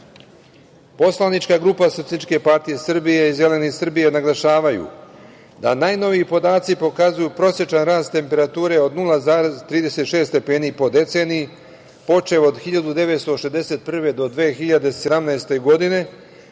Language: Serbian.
Poslanička grupa Socijalističke partije Srbije i Zeleni Srbije naglašavaju da najnoviji podaci pokazuju prosečan rast temperature od 0,36 stepeni po deceniji, počev od 1961. do 2017. godine,